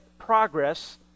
progress